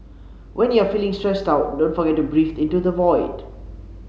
when you are feeling stressed out don't forget to breathe into the void